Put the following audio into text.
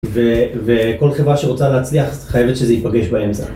וכל חברה שרוצה להצליח, חייבת שזה ייפגש באמצע.